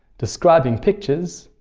describing pictures